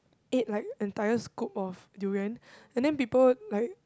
ate like entire scoop of durian and then people like